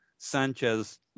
Sanchez